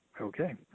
Okay